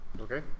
Okay